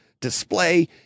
display